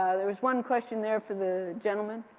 ah there is one question there for the gentleman.